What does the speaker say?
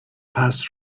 passed